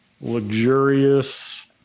luxurious